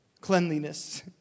cleanliness